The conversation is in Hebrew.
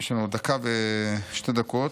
יש לנו עוד שתי דקות.